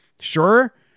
Sure